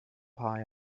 paar